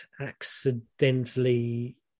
accidentally